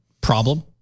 Problem